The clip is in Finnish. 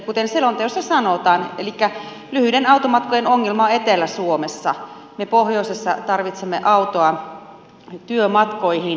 kuten selonteossa sanotaan lyhyiden automatkojen ongelma on etelä suomessa me pohjoisessa tarvitsemme autoa työmatkoihin